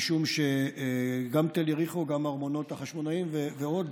משום שגם תל יריחו וגם ארמונות החשמונאים ועוד